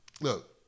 Look